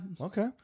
Okay